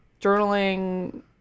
journaling